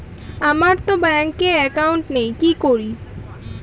আমারতো ব্যাংকে একাউন্ট নেই কি করি?